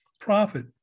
profit